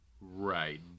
Right